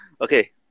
Okay